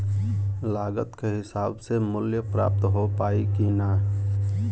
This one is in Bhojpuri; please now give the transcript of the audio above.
लागत के हिसाब से मूल्य प्राप्त हो पायी की ना?